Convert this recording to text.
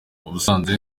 ubusanzwe